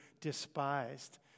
despised